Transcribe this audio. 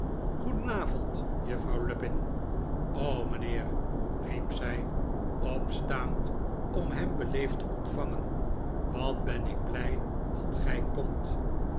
goedenavond juffrouw lupin t o mijnheer riep zij opstaand om hem beleefd te ontvangen wat ben ik blij dat gij komt